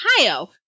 Ohio